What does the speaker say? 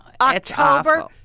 October